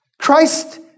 Christ